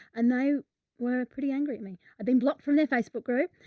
and they were pretty angry at me. i've been blocked from their facebook group.